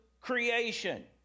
creation